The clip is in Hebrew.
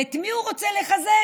ואת מי הוא רוצה לחזק?